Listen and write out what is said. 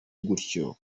gutyo